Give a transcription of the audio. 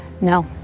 no